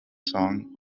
song